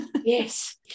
Yes